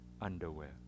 underwear